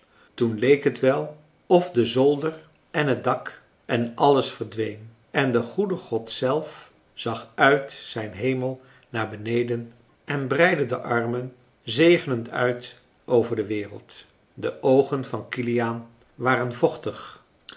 toen leek het wel of de zolder en het dak en alles verdween en de goede god zelf zag uit zijn hemel naar beneden en breidde de armen zegenend uit over de wereld de oogen van kiliaan waren vochtig